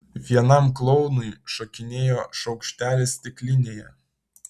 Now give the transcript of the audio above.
vienam klounui šokinėjo šaukštelis stiklinėje